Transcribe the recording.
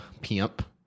Pimp